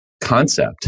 concept